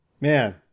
man